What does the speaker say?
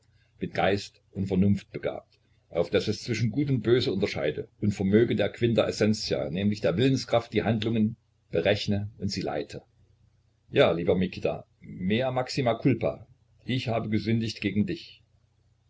mit geist und vernunft begabt auf daß es zwischen gut und böse unterscheide und vermöge der quinta essentia nämlich der willenskraft die handlungen berechne und sie leite ja lieber mikita mea maxima culpa ich habe gesündigt gegen dich